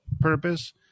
purpose